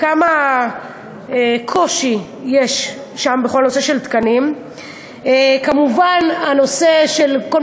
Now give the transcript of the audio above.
כמה קושי יש שם, בכל הנושא של תקנים.